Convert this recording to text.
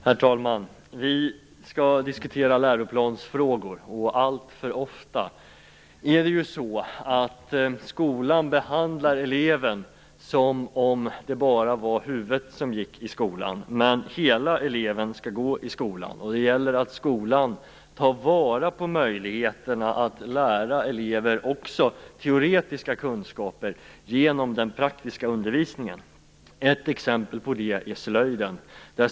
Herr talman! Vi skall diskutera läroplansfrågor. Alltför ofta behandlar skolan eleven som om det bara var huvudet som gick i skolan, men hela eleven skall gå i skolan. Det gäller att skolan tar vara på möjligheterna att lära elever också teoretiska kunskaper genom den praktiska undervisningen. Ett exempel på det är slöjden.